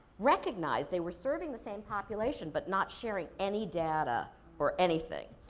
recognized they were serving the same population, but not sharing any data or anything.